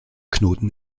knoten